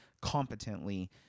competently